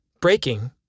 Breaking